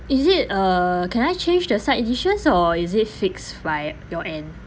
is it uh can I change the side dishes or is it fixed by your end